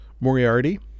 Moriarty